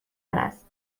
است